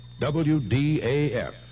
WDAF